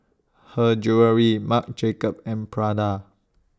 Her Jewellery Marc Jacobs and Prada